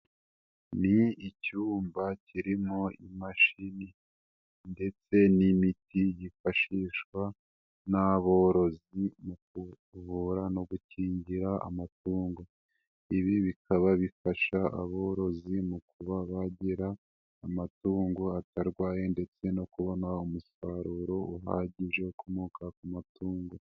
Ni icyumba kirimo imashini ndetse n'imiti yifashishwa n'aborozi mu kuvura no gukingira amatungo. Ibi bikaba bifasha aborozi mu kuba bagira amatungo atarwaye, ndetse no kubona umusaruro uhagije ukomoka ku matungo.